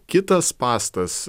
kitas spąstas